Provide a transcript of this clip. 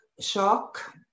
Shock